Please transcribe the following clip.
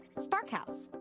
sparkhouse.